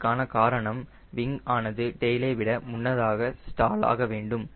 இதற்கான காரணம் விங் ஆனது டெயிலை விட முன்னதாக ஸ்டால் ஆக வேண்டும்